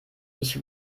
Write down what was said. ich